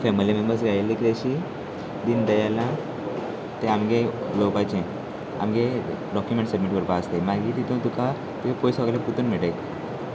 family members गेयल्ले की तशी दिन दयला ते आमगे उलोवपाचें आमगे डॉक्युमेंट् सबमीट करपा आसत मागीर तितून तुका पयशे सगले परतून मेळटाय